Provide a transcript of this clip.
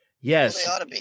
Yes